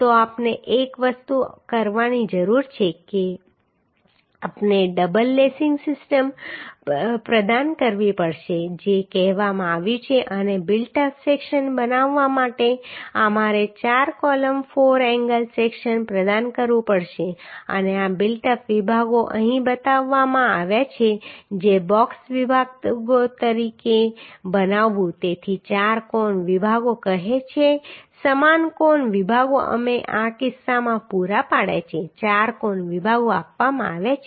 તો આપણે એક વસ્તુ કરવાની જરૂર છે કે આપણે ડબલ લેસિંગ સિસ્ટમ પ્રદાન કરવી પડશે જે કહેવામાં આવ્યું છે અને બિલ્ટ અપ સેક્શન બનાવવા માટે અમારે ચાર કોલમ ફોર એંગલ સેક્શન પ્રદાન કરવું પડશે અને આ બિલ્ટ અપ વિભાગો અહીં બતાવવામાં આવ્યા છે જે બૉક્સ વિભાગ તરીકે બનાવવું તેથી ચાર કોણ વિભાગો કહે છે સમાન કોણ વિભાગો અમે આ કિસ્સામાં પૂરા પાડ્યા છે ચાર કોણ વિભાગો આપવામાં આવ્યા છે